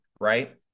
right